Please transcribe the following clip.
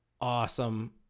awesome